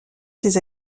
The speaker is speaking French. ses